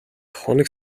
хоног